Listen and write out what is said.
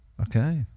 Okay